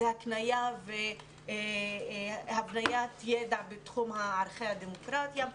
זו התנייה והבניית ידע בתחום ערכי הדמוקרטיה,